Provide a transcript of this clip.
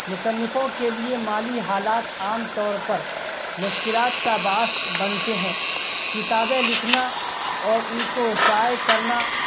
مصنفوں کے لیے مالی حالات عام طور پر مشکلات کا باعث بنتے ہیں کتابیں لکھنا اور ان کو شائع کرنا